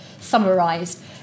summarised